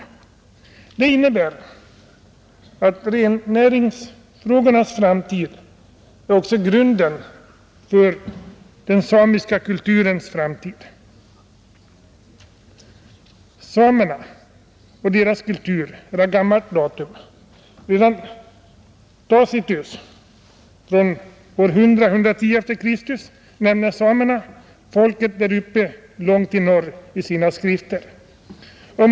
Detta innebär att rennäringens framtid också är grunden för den samiska kulturens framtid, Samerna och deras kultur är av gammalt datum, Redan Tacitus — omkring år 100 e.Kr. — nämner samerna, ”folket däruppe långt i norr” i sina skrifter.